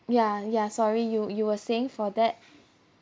ya ya sorry you you were saying for that